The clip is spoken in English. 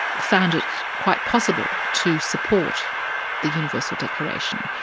found it quite possible to support the universal declaration,